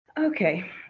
Okay